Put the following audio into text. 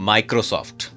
Microsoft